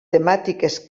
temàtiques